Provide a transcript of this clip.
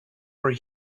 were